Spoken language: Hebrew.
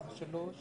2א(3).